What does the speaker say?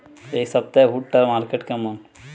এই সপ্তাহে ভুট্টার মার্কেট কেমন?